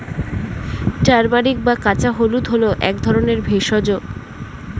turmeric বা কাঁচা হলুদ হল এক ধরনের ভেষজ